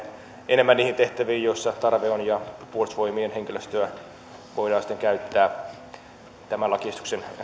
enemmän niihin tehtäviin joissa tarve on ja puolustusvoimien henkilöstöä voidaan sitten käyttää tämän lakiesityksen